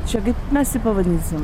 čia kaip mes jį pavadinsim